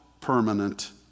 permanent